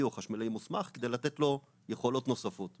או חשמלאי מוסמך כדי לתת לו יכולות נוספות.